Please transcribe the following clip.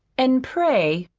and, pray,